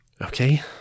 Okay